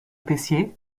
peyssier